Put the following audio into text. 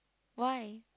why